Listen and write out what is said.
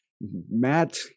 Matt